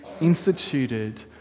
instituted